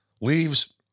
leaves